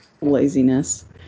laziness